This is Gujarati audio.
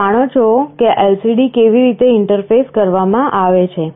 તમે જાણો છો કે LCD કેવી રીતે ઇંટરફેસ કરવામાં આવે છે